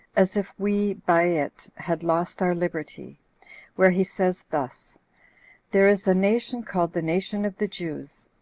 as if we, by it, had lost our liberty where he says thus there is a nation called the nation of the jews,